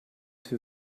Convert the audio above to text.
für